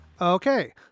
Okay